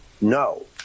No